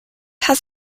has